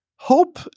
Hope